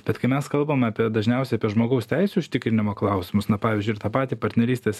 bet kai mes kalbame apie dažniausiai apie žmogaus teisių užtikrinimo klausimus na pavyzdžiui ir tą patį partnerystės